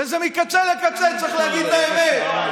וזה מקצה לקצה, צריך להגיד את האמת.